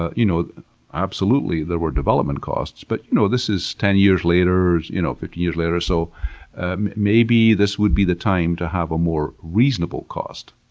ah you know absolutely there were development costs but you know this is ten years later, fifteen you know years later, so maybe this would be the time to have a more reasonable cost.